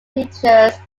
features